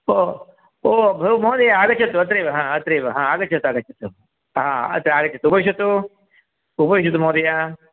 ओ ओ भोः महोदय आगच्छतु अत्रैव हा अत्रैव हा आगच्छतु आगच्छतु हा अत्र आगच्छतु उपविशतु उपविशतु महोदया